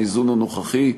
האיזון הנוכחי,